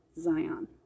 Zion